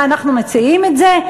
מה, אנחנו מציעים את זה?